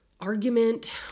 argument